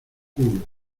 culo